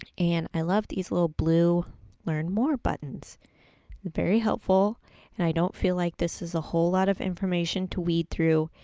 and i love these little blue learn more buttons, they're very helpful and i don't feel like this is a whole lot of information to read through,